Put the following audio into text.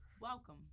Welcome